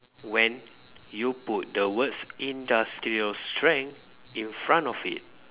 when you put the words industrial strength in front of it